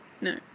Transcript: No